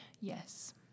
Yes